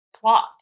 plot